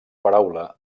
paraula